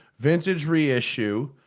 vintage reissue,